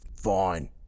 Fine